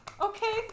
Okay